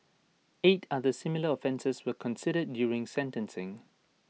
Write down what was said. eight other similar offences were considered during sentencing